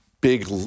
big